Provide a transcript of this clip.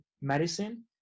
medicine